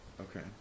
Okay